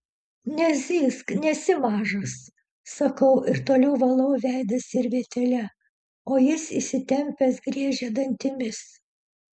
nezyzk nesi mažas sakau ir toliau valau veidą servetėle o jis įsitempęs griežia dantimis